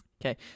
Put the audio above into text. okay